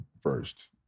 first